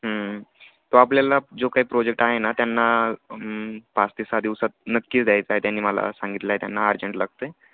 तो आपल्याला जो काही प्रोजेक्ट आहे ना त्यांना पाच ते सहा दिवसात नक्कीच द्यायचं आहे त्यांनी मला सांगितलं आहे त्यांना अर्जंट लागतं आहे